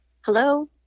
Hello